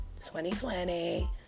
2020